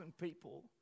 people